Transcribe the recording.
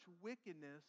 wickedness